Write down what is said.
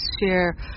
share